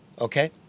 okay